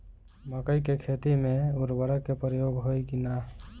मकई के खेती में उर्वरक के प्रयोग होई की ना?